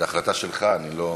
זו החלטה שלך, אני לא,